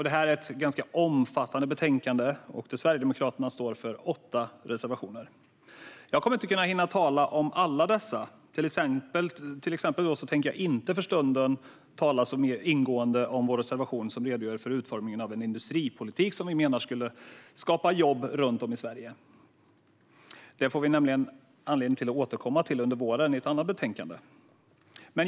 Det är ett omfattande betänkande, och Sverigedemokraterna står för åtta reservationer. Jag kommer inte att hinna tala om alla dessa reservationer; till exempel tänker jag inte för stunden tala så ingående om vår reservation som redogör för utformningen av en industripolitik som vi menar skulle skapa jobb runt om i Sverige. Det får vi anledning att återkomma till under våren i ett annat betänkande.